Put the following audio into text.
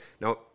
Now